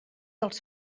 dels